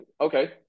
okay